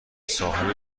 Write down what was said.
صاحب